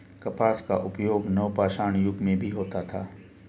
कपास का उपयोग नवपाषाण युग में भी होता था